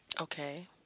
Okay